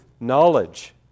knowledge